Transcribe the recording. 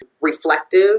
reflective